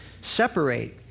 separate